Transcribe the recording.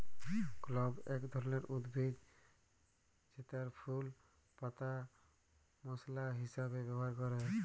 clove এক ধরলের উদ্ভিদ জেতার ফুল পাতা মশলা হিসাবে ব্যবহার ক্যরে